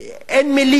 לתאר אותה,